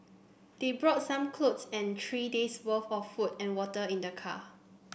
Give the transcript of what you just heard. they brought some clothes and three days'worth of food and water in their car